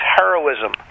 heroism